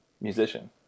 musician